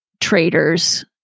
traders